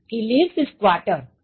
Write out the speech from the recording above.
He leaves his quarter at 8